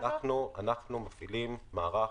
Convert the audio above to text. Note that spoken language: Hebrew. אנחנו מפעילים מערך